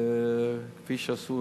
כפי שעשו